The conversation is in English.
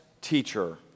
teacher